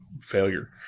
failure